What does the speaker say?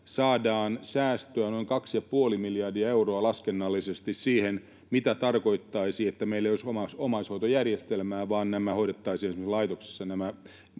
saadaan säästöä noin kaksi ja puoli miljardia euroa laskennallisesti siihen nähden, mitä se tarkoittaisi, jos meillä ei olisi omaishoitojärjestelmää vaan nämä ikäihmiset hoidettaisiin esimerkiksi laitoksessa.